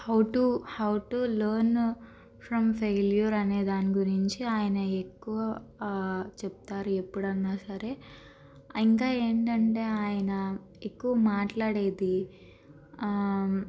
how to how to learn from failure అనే దాని గురించి ఆయన ఎక్కువ చెప్తారు ఎప్పుడన్నా సరే ఇంకా ఏంటంటే ఆయన ఎక్కువ మాట్లాడేది